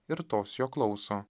ir tos jo klauso